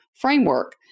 framework